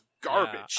garbage